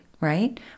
right